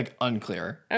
unclear